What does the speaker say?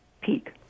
peak